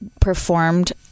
performed